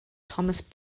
thomas